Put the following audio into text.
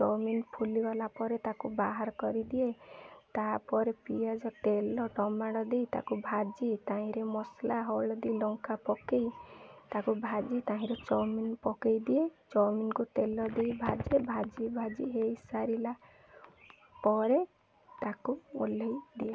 chowmein ଫୁଲିଗଲା ପରେ ତାକୁ ବାହାର କରିଦିଏ ତା'ପରେ ପିଆଜ ତେଲ ଟମାଟୋ ଦେଇ ତାକୁ ଭାଜି ତାହିଁରେ ମସଲା ହଳଦୀ ଲଙ୍କା ପକେଇ ତାକୁ ଭାଜି ତାହିଁରେ ଚାଉମିନ୍ ପକେଇଦିଏ ଚଓମିନ୍କୁ ତେଲ ଦେଇ ଭାଜିରେ ଭାଜି ଭାଜି ହେଇସାରିଲା ପରେ ତାକୁ ଓହ୍ଲେଇ ଦିଏ